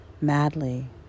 Madly